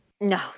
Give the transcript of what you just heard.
No